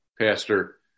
pastor